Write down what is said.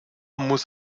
muss